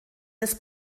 des